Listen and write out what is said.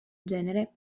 genere